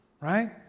Right